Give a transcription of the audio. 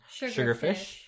Sugarfish